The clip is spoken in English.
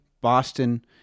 Boston